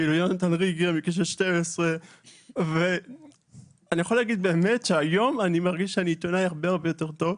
יונתן ריגר מקשת 12. אני יכול להגיד שהיום אני עיתונאי הרבה יותר טוב.